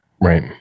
right